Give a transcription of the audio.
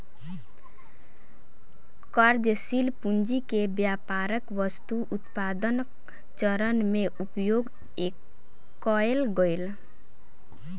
कार्यशील पूंजी के व्यापारक वस्तु उत्पादनक चरण में उपयोग कएल गेल